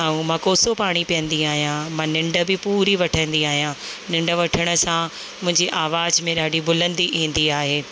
ऐं मां कोसो पाणी पीअंदी आहियां ऐं मां निन्ड बि पूरी वठंदी आहियां निन्ड वठण सां मुंहिंजी आवाज़ में ॾाढी बुलंदी ईंदी आहे